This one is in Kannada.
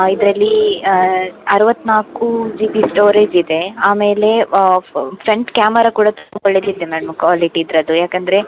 ಇದರಲ್ಲಿ ಅರವತ್ತು ನಾಲ್ಕು ಜಿ ಬಿ ಸ್ಟೋರೇಜ್ ಇದೆ ಆಮೇಲೆ ಫ್ರಂಟ್ ಕ್ಯಾಮರ ಕೂಡ ತುಂಬ ಒಳ್ಳೆಯದಿದೆ ಮ್ಯಾಮ್ ಕ್ವಾಲಿಟಿ ಇದ್ರದ್ದು ಯಾಕಂದರೆ